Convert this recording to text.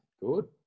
good